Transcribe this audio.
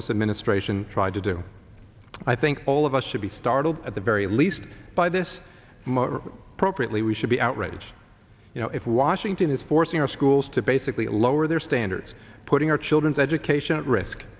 this administration tried to do i think all of us should be startled at the very least by this appropriately we should be outraged you know if washington is forcing our schools to basically lower their standards putting our children's education at risk